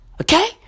Okay